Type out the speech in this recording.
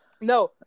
No